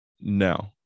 No